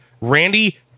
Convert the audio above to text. Randy